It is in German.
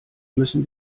müssen